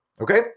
okay